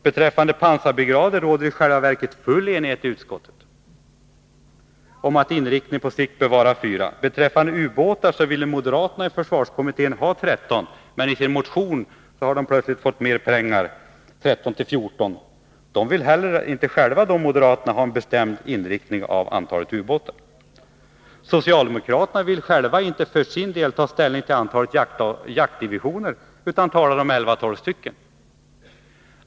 Beträffande pansarbrigaderna råder det i själva verket full enighet i utskottet. Inriktningen är att på sikt bevara fyra stycken. När det gäller ubåtarna vill moderaterna i försvarskommittén ha 13 stycken. Men att döma av motionen finns det plötsligt mer pengar. Då skall det vara 13-14 stycken. Inte heller moderaterna vill ge uttryck för någon bestämd inriktning när det gäller antalet ubåtar. Socialdemokraterna vill för sin del inte ta ställning i fråga om antalet jaktdivisioner. I stället talar de om 11-12 stycken.